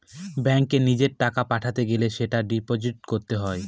ব্যাঙ্কে নিজের টাকা পাঠাতে গেলে সেটা ডিপোজিট করতে হয়